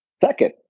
Second